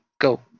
go